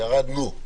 ירדנו.